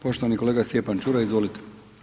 Poštovani kolega Stjepan Čuraj, izvolite.